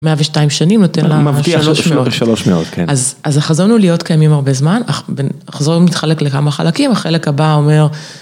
מאה ושתיים שנים נותן להם שלוש מאות, אז החזון הוא להיות קיימים הרבה זמן, החזון מתחלק לכמה חלקים, החלק הבא אומר.